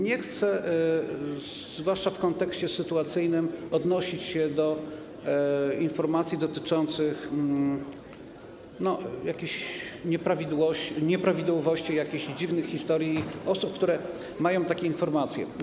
Nie chcę, zwłaszcza w kontekście sytuacyjnym, odnosić się do informacji dotyczących jakichś nieprawidłowości, jakichś dziwnych historii osób, które mają takie informacje.